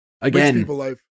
Again